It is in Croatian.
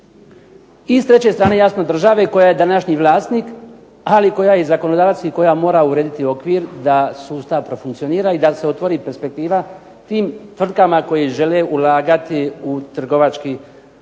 I s treće strane jasno države koja je današnji vlasnik, ali koja je i zakonodavac i koja mora urediti okvir da sustav profunkcionira i da se otvori perspektiva tim tvrtkama koje žele ulagati u turistički sektor.